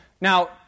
Now